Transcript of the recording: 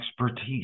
expertise